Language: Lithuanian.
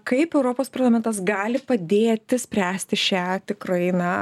kaip europos parlamentas gali padėti spręsti šią tikrai na